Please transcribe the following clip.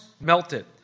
melted